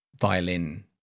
violin